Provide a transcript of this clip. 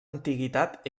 antiguitat